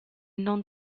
non